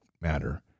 matter